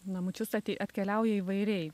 namučius ati atkeliauja įvairiai